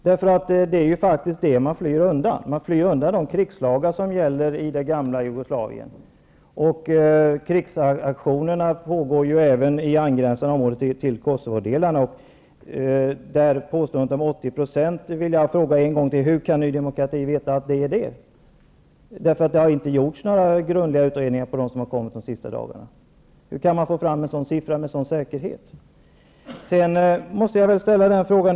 Det är ju faktiskt så, att man flyr undan de krigslagar som gäller i det gamla Jugoslavien. Krig pågår ju även i områden som gränsar till Kosovo. Jag vill än en gång fråga: Hur kan Ny demokrati med säkerhet påstå att det rör sig om 80 %? Det har inte gjorts några grundliga utredningar om dem som har kommit hit de senaste dagarna.